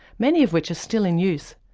many of which are still in use.